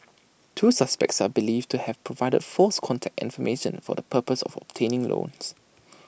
two suspects are believed to have provided false contact information for the purpose of obtaining loans